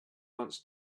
wants